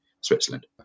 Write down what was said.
switzerland